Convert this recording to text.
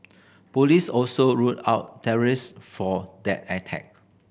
police also ruled out for that attack